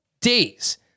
days